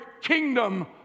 kingdom